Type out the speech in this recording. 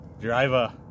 Driver